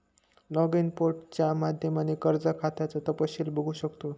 login पोर्टलच्या माध्यमाने कर्ज खात्याचं तपशील बघू शकतो